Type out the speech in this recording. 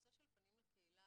הנושא של פנים לקהילה